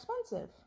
expensive